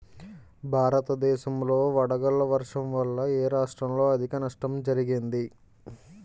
భారతదేశం లో వడగళ్ల వర్షం వల్ల ఎ రాష్ట్రంలో అధిక నష్టం జరిగింది?